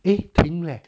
eh 停 leh